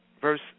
verse